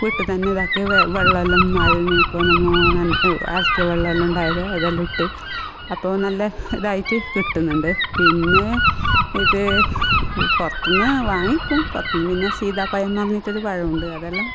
വീട്ടിൽ തന്നെ ഇതാക്കി വെ വെള്ളമെല്ലാം ഇപ്പോൾ നമ്മൾ അലക്കിയ വെള്ളമെല്ലാം ഇതെല്ലാം ഇട്ട് അപ്പോൾ നല്ല ഇതായിട്ട് കിട്ടുന്നുണ്ട് പിന്നെ ഇത് പുറത്തുന്ന് വാങ്ങിക്കും പുറത്തുന്ന് സീതപ്പഴന്ന് പറഞ്ഞിട്ട് ഒരു പഴമുണ്ട് അതെല്ലാം